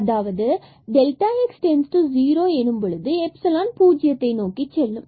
அதாவது x→0 ஆக இருக்கும் போது 0க்கு செல்லும்